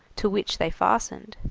to which they fastened.